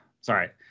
sorry